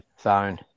zone